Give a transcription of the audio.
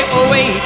away